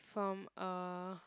from uh